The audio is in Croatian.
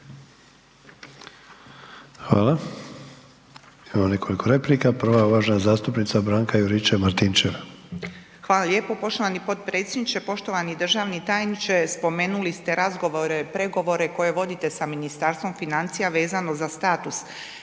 Hvala. Imamo nekoliko replika. Prva je uvažena zastupnica Branka Juričev Martinčev. **Juričev-Martinčev, Branka (HDZ)** Hvala lijepa poštovani potpredsjedniče. Poštovani državni tajniče spomenuli ste razgovore, pregovore koje vodite sa Ministarstvom financija vezano za status